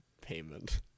payment